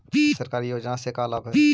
सरकारी योजना से का लाभ है?